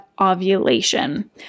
ovulation